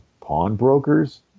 pawnbrokers